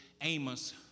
Amos